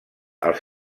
als